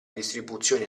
distribuzione